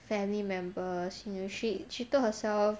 family members you know she she told herself